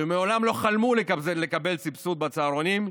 שמעולם לא חלמו לקבל סבסוד בצהרונים,